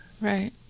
right